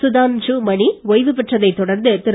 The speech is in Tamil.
சுதான்ஷு மணி ஒய்வுப்பெற்றதை தொடர்ந்து திரு